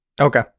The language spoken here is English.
okay